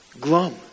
glum